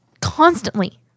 constantly